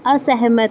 ਅਸਹਿਮਤ